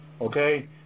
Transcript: Okay